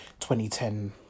2010